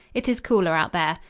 it is cooler out there.